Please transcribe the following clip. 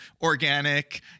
organic